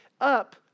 up